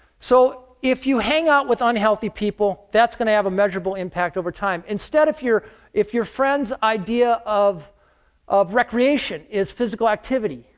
so, if you hang out with unhealthy people, that's going to have a measurable impact over time. instead, if your if your friend's idea of of recreation is physical activity,